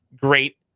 great